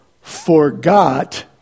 forgot